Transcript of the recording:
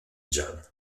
jun